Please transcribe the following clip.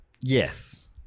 Yes